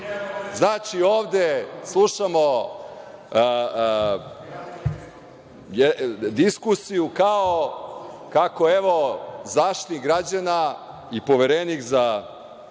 Znači, ovde slušamo diskusiju kao kako, evo, Zaštitnik građana i Poverenik za